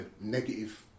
negative